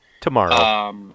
tomorrow